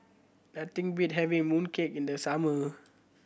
nothing beat having mooncake in the summer